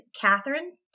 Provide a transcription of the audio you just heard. Catherine